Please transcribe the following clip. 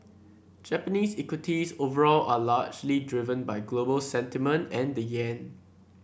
Japanese equities overall are largely driven by global sentiment and the yen